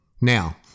Now